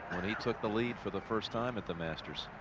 and he took the lead for the first time at the masters.